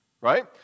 right